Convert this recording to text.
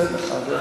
בסדר.